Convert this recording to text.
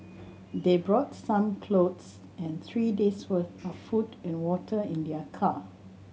they brought some clothes and three days' worth of food and water in their car